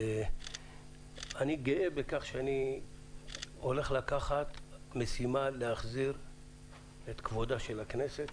ואני גאה בכך שאני הולך לקחת משימה: להחזיר את כבודה של הכנסת.